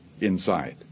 inside